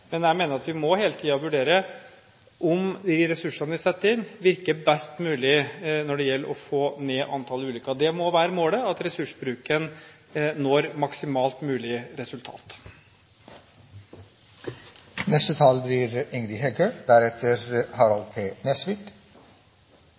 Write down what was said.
Jeg mener at vi hele tiden må vurdere om de ressursene vi setter inn, virker best mulig når det gjelder å få ned antall ulykker. Det må være målet at ressursbruken når maksimalt mulig resultat.